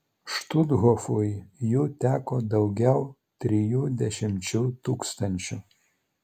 štuthofui jų teko daugiau trijų dešimčių tūkstančių